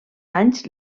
anys